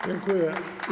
Dziękuję.